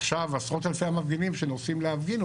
עכשיו עשרות אלפי המפגינים שנוסעים להפגין,